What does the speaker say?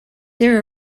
there